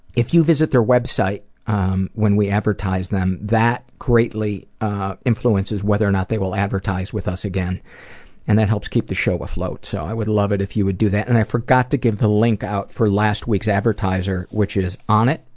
if you visit their website um when we advertise them that greatly influences whether or not they will advertise with us again and that helps keep the show afloat, so i would love it if you would do that. and i forgot to give the link out for last week's advertiser, which is onnit,